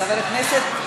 חבר הכנסת,